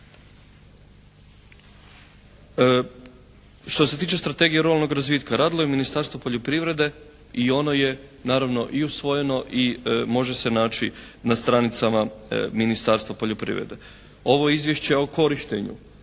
Što se tiče strategije ruralnog razvitka radilo je Ministarstvo poljoprivrede i ono je naravno i usvojeno i može se naći na stranicama Ministarstva poljoprivrede. Ovo je Izvješće o korištenju